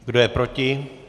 Kdo je proti?